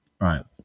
Right